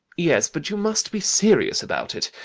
yes, but you must be serious about it.